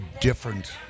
different